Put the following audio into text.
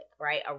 right